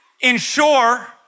ensure